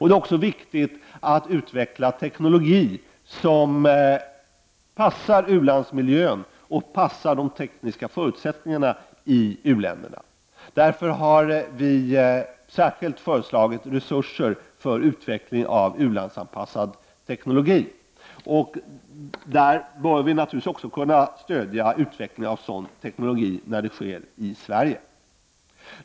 Det är också viktigt att utveckla en teknologi som passar u-landsmiljön och de tekniska förutsättningarna i u-länderna. Därför har vi särskilt föreslagit resurser för utveckling av u-landsanpassad teknologi. Vi bör naturligtvis också kunna stödja utveckling av sådan teknologi när den verksamheten sker i Sverige.